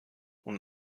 und